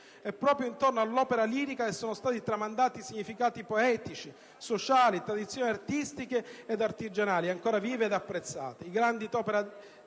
È proprio intorno all'opera lirica che sono stati tramandati significati poetici, sociali, tradizioni artistiche ed artigianali ancora vive ed apprezzate.